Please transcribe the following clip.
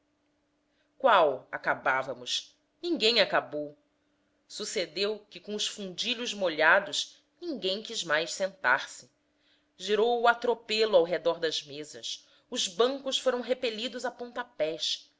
principia qual acabávamos ninguém acabou sucedeu que com os fundilhos molhados ninguém quis mais sentar-se girou o atropelo ao redor das mesas os bancos foram repelidos a pontapés